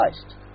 Christ